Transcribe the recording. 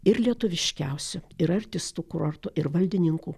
ir lietuviškiausiu ir artistų kurortu ir valdininkų